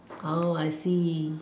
oh I see